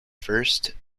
first